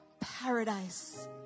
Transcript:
paradise